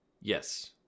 Yes